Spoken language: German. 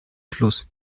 fluss